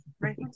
Right